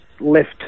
left